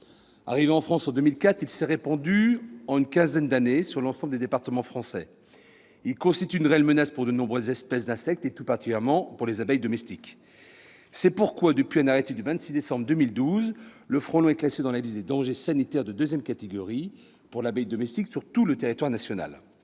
Arrivé en France en 2004, il s'est répandu, en une quinzaine d'années, sur l'ensemble des départements français. Il constitue une réelle menace pour de nombreuses espèces d'insectes, tout particulièrement pour les abeilles domestiques. C'est pourquoi, depuis un arrêté du 26 décembre 2012, le frelon est classé dans la liste des dangers sanitaires de deuxième catégorie, pour l'abeille domestique, sur tout le territoire national.